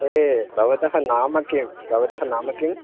एव भवतः नाम किं भवतः नाम किम्